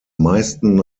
meisten